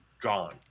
gone